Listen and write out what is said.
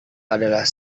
adalah